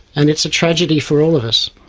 and it's a tragedy for all of us.